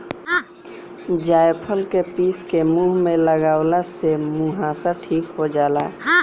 जायफल के पीस के मुह पे लगवला से मुहासा ठीक हो जाला